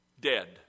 dead